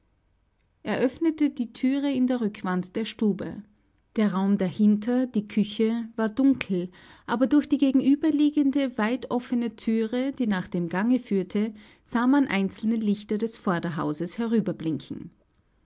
öffnete die thüre in der rückwand der stube der raum dahinter die küche war dunkel aber durch die gegenüberliegende weit offene thüre die nach dem gange führte sah man einzelne lichter des vorderhauses